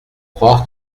croire